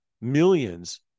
millions